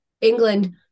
England